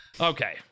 Okay